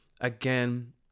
again